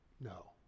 No